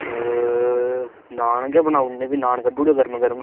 नान गै बनाई ओड़ने भी नान कड्ढी ओड़ेओ गर्म गर्म